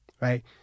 Right